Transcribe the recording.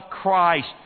Christ